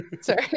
Sorry